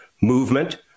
movement